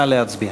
נא להצביע.